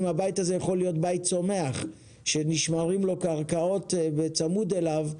אם הבית הזה יכול להיות בית צומח שנשמרים לו קרקעות בצמוד אליו.